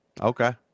Okay